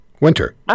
winter